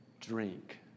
drink